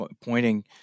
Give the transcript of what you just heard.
pointing